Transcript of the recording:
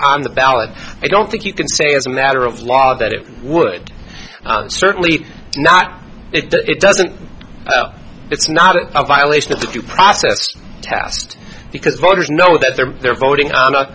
on the ballot i don't think you can say as a matter of law that it would certainly not it doesn't it's not a violation of the due process task because voters know that they're they're voting on a